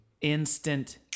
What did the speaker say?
instant